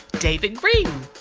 david greene.